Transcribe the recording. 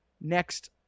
next